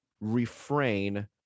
refrain